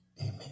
Amen